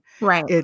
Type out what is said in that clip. Right